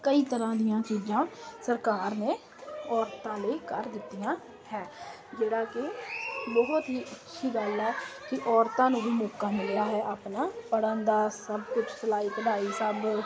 ਕਈ ਤਰ੍ਹਾਂ ਦੀਆਂ ਚੀਜ਼ਾਂ ਸਰਕਾਰ ਨੇ ਔਰਤਾਂ ਲਈ ਕਰ ਦਿੱਤੀਆਂ ਹੈ ਜਿਹੜਾ ਕਿ ਬਹੁਤ ਹੀ ਅੱਛੀ ਗੱਲ ਹੈ ਕਿ ਔਰਤਾਂ ਨੂੰ ਵੀ ਮੌਕਾ ਮਿਲਿਆ ਹੈ ਆਪਣਾ ਪੜ੍ਹਨ ਦਾ ਸਭ ਕੁਛ ਸਿਲਾਈ ਕਢਾਈ ਸਭ